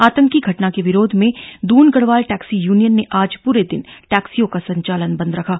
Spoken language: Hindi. आंतकी घटना के विरोध में दून गढ़वाल टैक्सी यूनियन ने आज प्ररे दिन टैक्सियों का संचालन बंद रखा